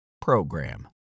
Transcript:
program